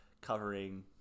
covering